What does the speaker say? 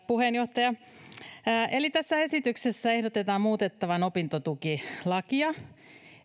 puheenjohtaja tässä esityksessä ehdotetaan muutettavan opintotukilakia